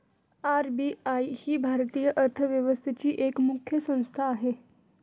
RBI ही भारतीय अर्थव्यवस्थेची एक मुख्य संस्था आहे